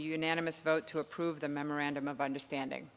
unanimous vote to approve the memorandum of understanding